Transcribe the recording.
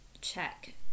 check